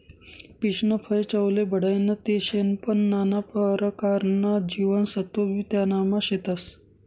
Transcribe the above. पीचनं फय चवले बढाईनं ते शे पन नाना परकारना जीवनसत्वबी त्यानामा शेतस